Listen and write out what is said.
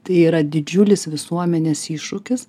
tai yra didžiulis visuomenės iššūkis